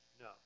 No